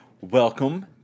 welcome